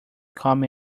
come